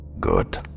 Good